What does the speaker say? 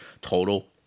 total